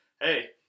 hey